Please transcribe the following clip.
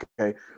Okay